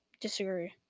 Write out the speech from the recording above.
Disagree